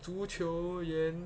足球员